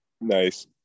Nice